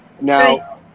Now